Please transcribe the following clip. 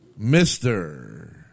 Mr